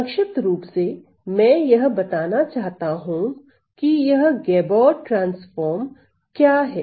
संक्षिप्त रूप से मैं यह बताना चाहता हूं की यह गैबोर ट्रांसफार्म क्या हैं